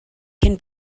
cyn